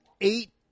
eight